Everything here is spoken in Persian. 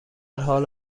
حال